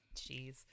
jeez